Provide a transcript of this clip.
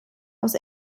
aus